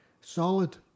Solid